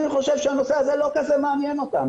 אני חושב שהנושא הזה לא כזה מעניין אותם.